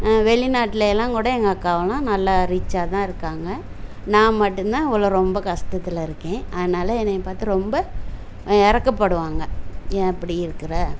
வெளிநாட்டிலையெல்லாம் கூட எங்கள் அக்காவெல்லாம் நல்லா ரிச்சாக தான் இருக்காங்க நான் மட்டுந்தான் உள்ளே ரொம்ப கஷ்டத்தில் இருக்கேன் அதனால் என்னை பார்த்து ரொம்ப இரக்கப்படுவாங்க ஏன் இப்படி இருக்கிற